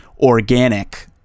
organic